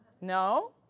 No